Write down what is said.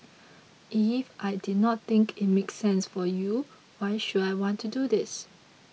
if I did not think it make sense for you why should I want to do this